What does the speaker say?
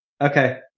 Okay